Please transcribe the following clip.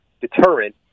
deterrent